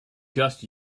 just